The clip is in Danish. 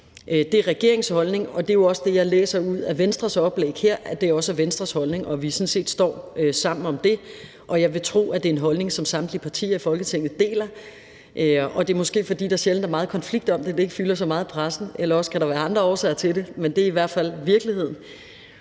Det er regeringens holdning, og jeg læser ud af Venstres oplæg her, at det også er Venstres holdning, og at vi sådan set står sammen om det. Og jeg vil tro, at det er en holdning, som samtlige partier i Folketinget deler, og det er måske, fordi der sjældent er meget konflikt om det, at det ikke fylder så meget i pressen, eller også kan der være andre årsager til det, men det er i hvert fald virkeligheden.